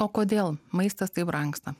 o kodėl maistas taip brangsta